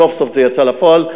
סוף-סוף זה יצא לפועל.